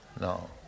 No